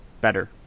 better